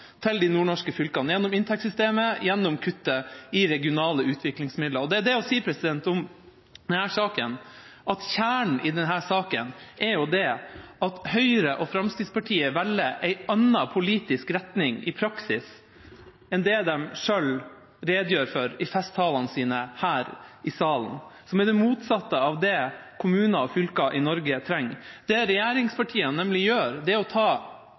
til de nordnorske fylkene gjennom inntektssystemet og kuttet i regionale utviklingsmidler. Om denne saken er det å si at kjernen er at Høyre og Fremskrittspartiet velger en annen politisk retning i praksis enn den de selv redegjør for i festtalene sine her i salen, som er det motsatte av det kommuner og fylker i Norge trenger. Det som regjeringspartiene nemlig gjør, er å ta